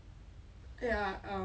I still think